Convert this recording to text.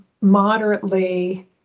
moderately